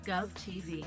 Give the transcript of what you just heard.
GovTV